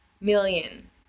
million